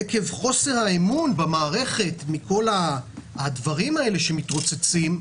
עקב חוסר אימון במערכת מכל הדברים שמתרוצצים,